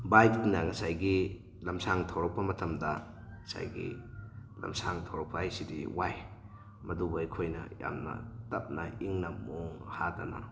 ꯕꯥꯏꯛꯅ ꯉꯁꯥꯏꯒꯤ ꯂꯝꯁꯥꯡ ꯊꯧꯔꯛꯄ ꯃꯇꯝꯗ ꯉꯁꯥꯏꯒꯤ ꯂꯝꯁꯥꯡ ꯊꯧꯔꯛꯄ ꯍꯥꯏꯁꯤꯗꯤ ꯋꯥꯏ ꯃꯗꯨꯕꯨ ꯑꯩꯈꯣꯏꯅ ꯌꯥꯝꯅ ꯇꯞꯅ ꯏꯪꯅ ꯃꯣꯡ ꯍꯥꯗꯅ